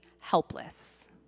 helpless